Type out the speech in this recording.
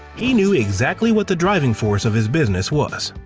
he knew exactly what the driving force of his business was.